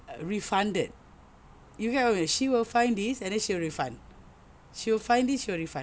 refunded you get what I mean she will find this and then she will refund she will find this she will refund